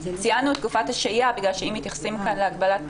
ציינו את תקופת השהייה כי אם מתייחסים כאן להגבלת פיטורים,